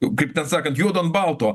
jau kaip ten sakant juodo ant balto